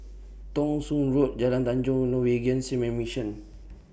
Thong Soon Road Jalan Tanjong and Norwegian Seamen's Mission